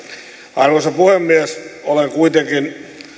arvoisa puhemies olen kuitenkin